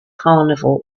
carnival